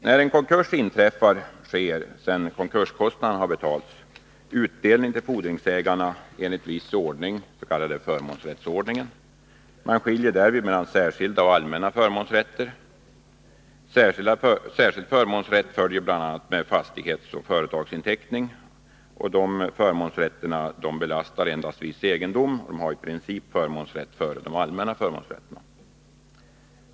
När en konkurs inträffar, sker, sedan konkurskostnaderna betalats, utdelning till fordringsägarna enligt en viss ordning, den s.k. förmånsrättsordningen. Man skiljer därvid mellan särskilda och allmänna förmånsrätter. Särskild förmånsrätt följer bl.a. med fastighetsoch företagsinteckning. Dessa förmånsrätter belastar endast viss egendom och har i princip förmånsrätt före de allmänna förmånsrätterna.